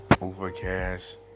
Overcast